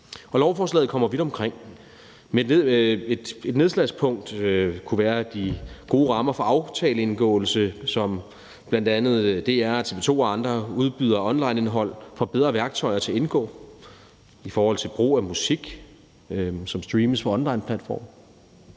lovforslaget kommer vidt omkring. Et nedslagspunkt kunne være de gode rammer for aftaleindgåelse, som bl.a. DR, TV 2 og andre udbydere af onlineindhold får bedre værktøjer til at indgå i forhold til brug af musik, som streames fra onlineplatforme.